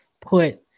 put